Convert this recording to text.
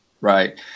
Right